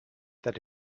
that